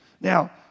Now